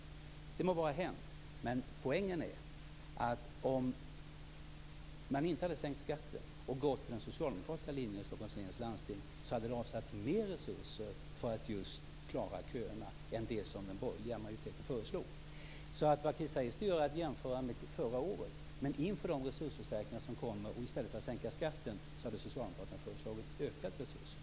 Det må vara hänt, men poängen är att om de inte hade sänkt skatten och gått på den socialdemokratiska linjen i Stockholms läns landsting hade det avsatts mer resurser för att just klara köerna än det som den borgerliga majoriteten föreslog. Vad Chris Heister gör är alltså att jämföra med förra året. Men inför de resursförstärkningar som kommer hade Socialdemokraterna föreslagit ökade resurser i stället för att sänka skatten.